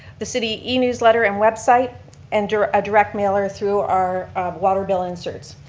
the city e-newsletter and website and a direct mailer through our water bill inserts.